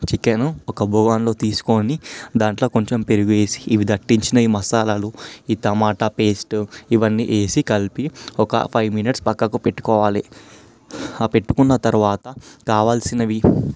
chicken ఒక బగోనీలో తీసుకొని దాంట్లో కొంచెం పెరుగు వేసి ఇవి ఈ దట్టించిన ఈ మసాలాలు టమాటా పేస్ట్ ఇవన్నీ వేసి కలిపి ఒక ఫైవ్ మినిట్స్ పక్కకు పెట్టుకోవాలి ఆ పెట్టుకున్న తర్వాత కావాల్సినవి